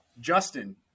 Justin